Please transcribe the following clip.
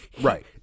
Right